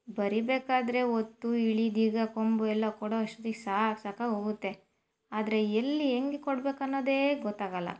ಬರಿಬೇಕಾದರೆ ಒತ್ತು ಇಳಿ ದೀರ್ಘ ಕೊಂಬು ಎಲ್ಲ ಕೊಡೋ ಅಷ್ಟೊತ್ತಿಗೆ ಸಾಕು ಸಾಕಾಗಿ ಹೋಗುತ್ತೆ ಆದರೆ ಎಲ್ಲಿ ಹೆಂಗ್ ಕೊಡ್ಬೇಕು ಅನ್ನೋದೇ ಗೊತ್ತಾಗೊಲ್ಲ